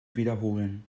wiederholen